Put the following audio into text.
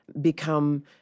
become